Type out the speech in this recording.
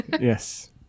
Yes